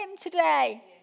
today